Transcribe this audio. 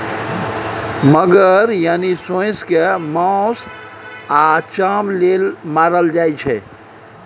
मगर यानी सोंइस केँ मासु आ चाम लेल मारल जाइ छै